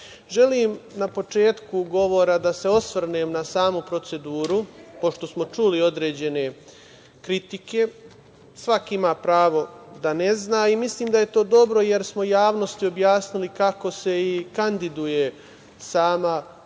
na početku govora da se osvrnem na samu proceduru, pošto smo čuli određene kritike, svako ima pravo da ne zna i mislim da je to dobro jer samo javnosti objasnili kako se i kandiduje sama funkcija